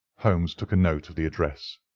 holmes took a note the address.